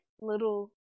little